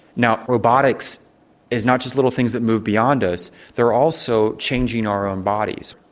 now robotics is not just little things that move beyond us. they are also changing our own bodies.